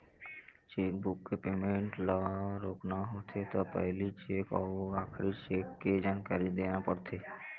chequebook के payment ल रोकना होथे त पहिली चेक अउ आखरी चेक के जानकारी देना परथे